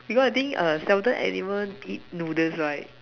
because I think err seldom animals eat noodles right